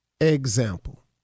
Example